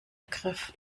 ergriff